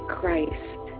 Christ